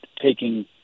taking